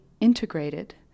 integrated